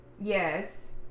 Yes